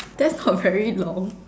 that's not very long